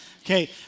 Okay